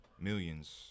Millions